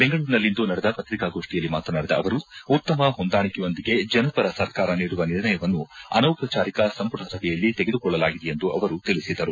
ಬೆಂಗಳೂರಿನಲ್ಲಿಂದು ನಡೆದ ಪತ್ರಿಕಾಗೋಷ್ಠಿಯಲ್ಲಿ ಮಾತನಾಡಿದ ಅವರು ಉತ್ತಮ ಹೊಂದಾಣಿಕೆಯೊಂದಿಗೆ ಜನಪರ ಸರ್ಕಾರ ನೀಡುವ ನಿರ್ಣಯವನ್ನು ಅನೌಪಚಾರಿಕ ಸಂಮಟ ಸಭೆಯಲ್ಲಿ ತೆಗೆದುಕೊಳ್ಳಲಾಗಿದೆ ಎಂದು ಅವರು ತಿಳಿಸಿದರು